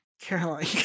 Caroline